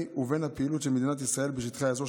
ובין הפעילות של מדינת ישראל בשטחי האזור,